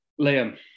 Liam